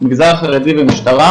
מגזר החרדי ומשטרה,